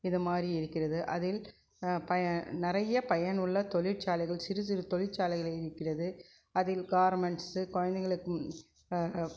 இது மாதிரி இருக்கிறது அதில் ப நிறைய பயனுள்ள தொழிற்சாலைகள் சிறு சிறு தொழிற்சாலைகள் இருக்கிறது அதில் கார்மெண்ட்ஸு குழந்தைங்களுக்கு